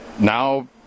now